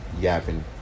yapping